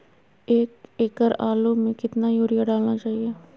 एक एकड़ आलु में कितना युरिया डालना चाहिए?